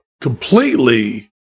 completely